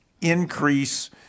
increase